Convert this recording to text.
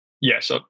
Yes